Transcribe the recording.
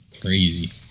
Crazy